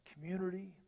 community